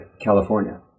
California